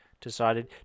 decided